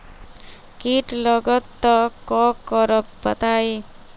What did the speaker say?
कीट लगत त क करब बताई?